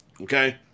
Okay